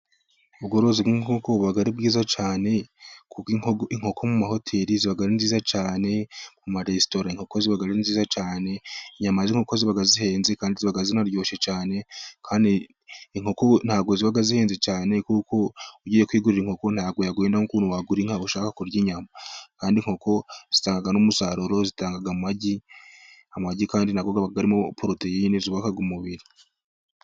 ubworozi bw'inkoko ko buba ari bwiza cyane, kuko inkoko mu mahoteri ziba ari nziza cyane, ku maresitora inko ziba ari nziza cyane. Inyama z'inkoko ziba zihenze kandiba zinaryoshye cyane, ntabwo ziba zihenze cyane kuko ugiye kwigurira inkoko ntabwo yaguhenda nk'uko wagura inka ushaka kurya inyama, kandi inkoko zitanga n'umusaruro, zitanga amagi, amagi kandi aba arimo poroteyine zubaka umubiri.